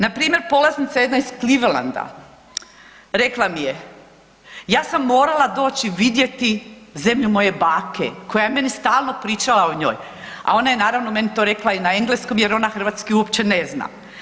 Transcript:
Npr. polaznica jedna iz Clevelanda, rekla mi je ja sam morala doći vidjeti zemlju moje bake koja je meni stalno pričala o njoj a ona je naravno meni to rekla na engleskom jer ona hrvatski uopće ne zna.